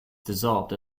dissolved